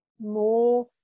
more